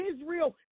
Israel